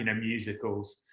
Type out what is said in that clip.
and musicals.